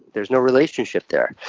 there's no relationship there.